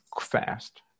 fast